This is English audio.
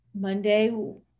Monday